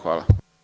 Hvala.